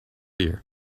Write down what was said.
year